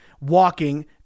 walking